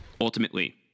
Ultimately